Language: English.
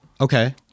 okay